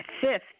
fifth